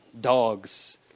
dogs